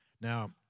Now